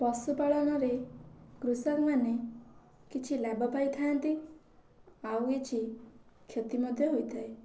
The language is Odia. ପଶୁ ପାଳନରେ କୃଷକମାନେ କିଛି ଲାଭ ପାଇଥାନ୍ତି ଆଉ କିଛି କ୍ଷତି ମଧ୍ୟ ହୋଇଥାଏ